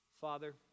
Father